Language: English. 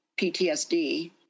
PTSD